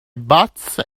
bots